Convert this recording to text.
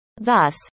thus